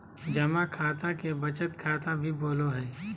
जमा खाता के बचत खाता भी बोलो हइ